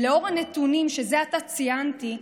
לנוכח הנתונים שזה עתה ציינתי,